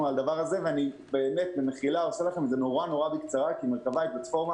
ואני עושה את זה בקצרה כי מרכבה היא פלטפורמה